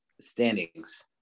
standings